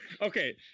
okay